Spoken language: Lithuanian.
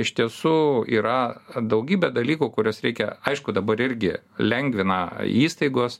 iš tiesų yra daugybė dalykų kuriuos reikia aišku dabar irgi lengvina įstaigos